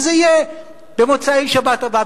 וזה יהיה במוצאי-שבת הבאה,